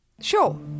Sure